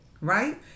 right